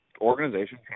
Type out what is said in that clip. organization